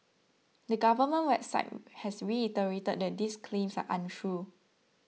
the government website has reiterated that these claims are untrue